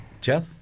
Jeff